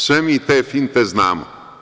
Sve mi te finte znamo.